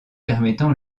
permettant